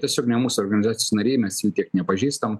tiesiog ne mūsų organizacijos nariai mes jų tiek nepažįstam